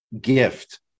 gift